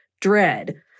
Dread